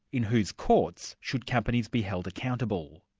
in whose courts should companies be held accountable?